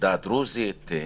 העדה הדרוזית,